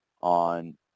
on